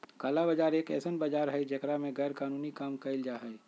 काला बाजार एक ऐसन बाजार हई जेकरा में गैरकानूनी काम कइल जाहई